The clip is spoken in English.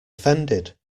offended